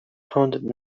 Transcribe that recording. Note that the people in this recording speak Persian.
تند